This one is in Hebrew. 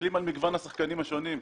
מסתכלים על מגוון השחקנים השונים.